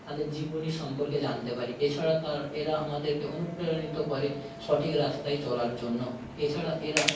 তাঁদের জীবনী সম্পর্কে জানতে পারি এছাড়া তাঁর এরা আমাদেরকে অনুপ্রাণিত করে সঠিক রাস্তায় চলার জন্য এছাড়া এরা